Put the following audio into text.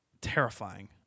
terrifying